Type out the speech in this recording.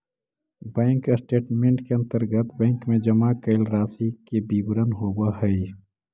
bank statement के अंतर्गत bank में जमा कैल राशि के विवरण होवऽ हइ